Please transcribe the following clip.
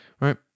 Right